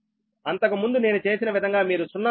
అంతకు ముందు నేను చేసిన విధంగా మీరు 0